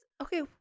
Okay